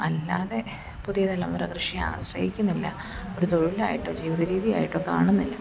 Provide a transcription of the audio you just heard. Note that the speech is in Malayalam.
അല്ലാതെ പുതിയ തലമുറ കൃഷിയെ ആശ്രയിക്കുന്നില്ല ഒരു തൊഴിലായിട്ടോ ജീവിത രീതിയായിട്ടോ കാണുന്നില്ല